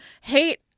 hate